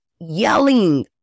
Yelling